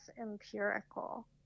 empirical